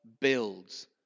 builds